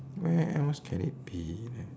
where else can it be then